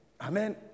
Amen